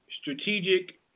strategic